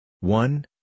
one